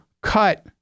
cut